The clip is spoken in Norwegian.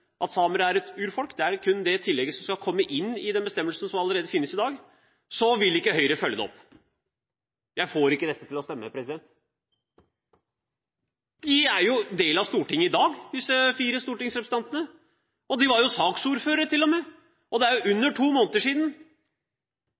at samer er et urfolk. Det er kun det tillegget som skal komme inn i bestemmelsen som allerede finnes i dag. Så vil ikke Høyre følge det opp. Jeg får ikke dette til å stemme. De er jo en del av Stortinget i dag, disse fire stortingsrepresentantene. De hadde jo saksordføreren til og med. Det er